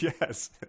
Yes